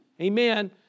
amen